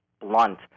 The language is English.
blunt